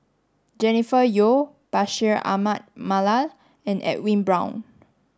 Jennifer Yeo Bashir Ahmad Mallal and Edwin Brown